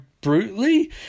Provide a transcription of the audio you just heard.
brutally